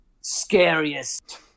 scariest